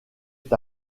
est